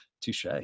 touche